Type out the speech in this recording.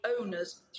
owners